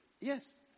Yes